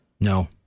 No